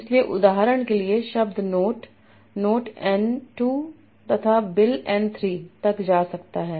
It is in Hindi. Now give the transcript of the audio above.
इसलिए उदाहरण के लिए शब्द नोट नोट n 2 तथा बिल n 3 तक जा सकता है